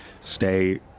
stay